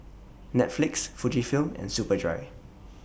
Netflix Fujifilm and Superdry